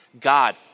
God